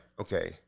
okay